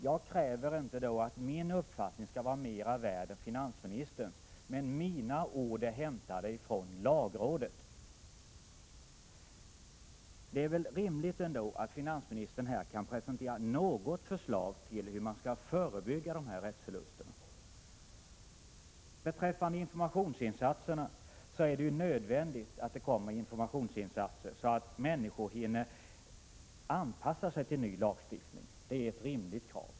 Jag hävdar inte att min uppfattning är mer värd än finansministerns, men mina ord är hämtade från lagrådet. Det är väl ändå rimligt att finansministern presenterar något förslag om hur man skall förebygga dessa rättsförluster. Beträffande informationsinsatserna vill jag säga att det är nödvändigt att de görs så att människor hinner anpassa sig till en ny lagstiftning. Det är ett rimligt krav.